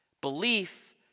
belief